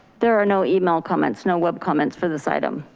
there are no email comments, no web comments for this item.